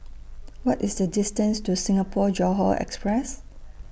What IS The distance to Singapore Johore Express